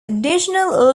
additional